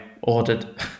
ordered